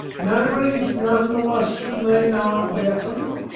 nobody's none the wuss for me knowin' about em.